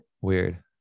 Weird